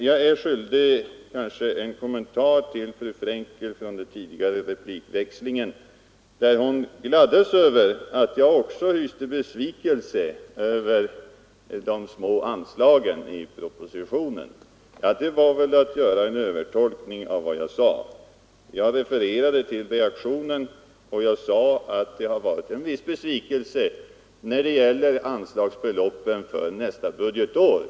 Jag är skyldig fru Frenkel en kommentar från den tidigare replikväxlingen då hon sade att hon gladdes över att också jag var besviken över de små anslagen i propositionen. Det var väl att göra en övertolkning av vad jag sade. Jag refererade till reaktionen och sade att det har varit en viss besvikelse när det gäller anslagsbeloppens storlek nästa budgetår.